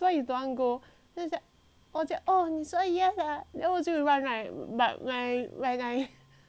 then 我就你说 yes ah then 我就 run right but when I stand up right